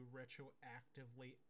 retroactively